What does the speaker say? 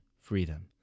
freedom